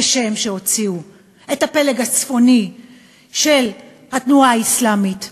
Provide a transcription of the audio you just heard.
כשם שהוציאו את הפלג הצפוני של התנועה האסלאמית,